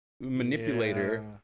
manipulator